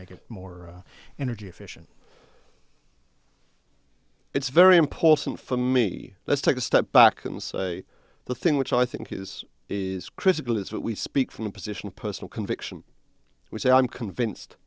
make it more energy efficient it's very important for me let's take a step back and say the thing which i think is is critical is what we speak from a position of personal conviction which i'm convinced